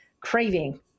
craving